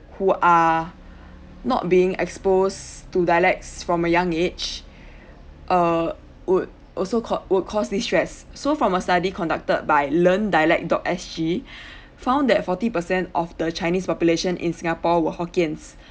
who are not being exposed to dialects from a young age err would also cau~ would cause this stress so from a study conducted by learn dialect dot S_G found that forty percent of the chinese population in singapore were hokkiens